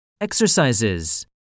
Exercises